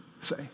Say